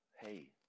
hey